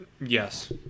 Yes